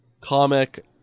comic